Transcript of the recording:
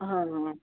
ହଁ ହଁ